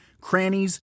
crannies